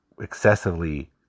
excessively